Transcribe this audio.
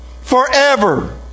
forever